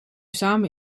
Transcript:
samen